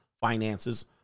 finances